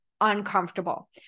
uncomfortable